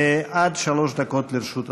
עד שלוש דקות לרשות אדוני.